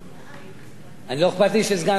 לא אכפת לי שסגן שר האוצר יציג את זה,